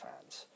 fans